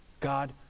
God